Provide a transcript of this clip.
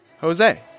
Jose